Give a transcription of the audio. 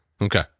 okay